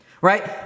right